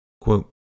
quote